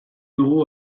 dugu